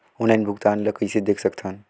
Online भुगतान ल कइसे देख सकथन?